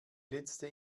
letzte